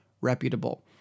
reputable